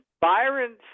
Byron